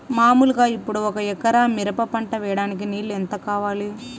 మామూలుగా ఇప్పుడు ఒక ఎకరా మిరప పంట వేయడానికి నీళ్లు ఎంత కావాలి?